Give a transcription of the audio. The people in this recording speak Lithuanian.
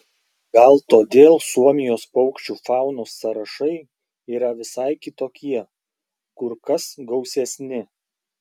gal todėl suomijos paukščių faunos sąrašai yra visai kitokie kur kas gausesni